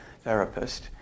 therapist